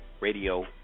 Radio